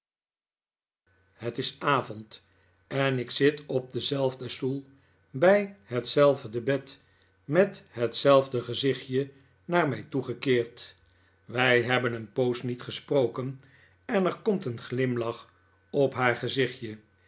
het is avond en ik zit op denzelfden stoel bij hetzelfde bed met hetzelfde gezichtje naar mij toegekeerd wij hebben een poos niet gesproken en er komt een glimlach op haar gezichtje